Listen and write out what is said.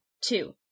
Two